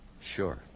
Sure